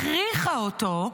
הכריחה אותו,